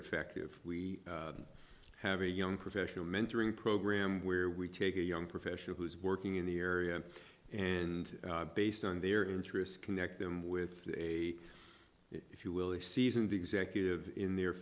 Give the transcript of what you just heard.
effective we have a young professional mentoring program where we take a young professional who's working in the area and based on their interests connect them with a if you will a seasoned executive in their